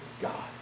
God